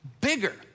bigger